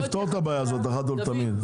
נפתור את הבעיה הזאת אחת ולתמיד.